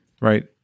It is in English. right